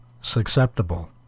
susceptible